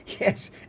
Yes